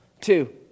two